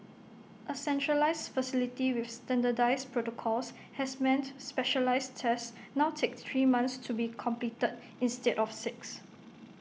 A centralised facility with standardised protocols has meant specialised tests now take three months to be completed instead of six